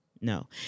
No